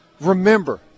Remember